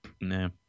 No